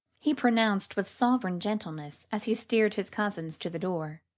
he pronounced with sovereign gentleness as he steered his cousins to the door.